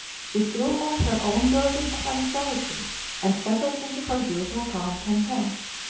she threw off her own burden of anxiety and settled into her usual calm content.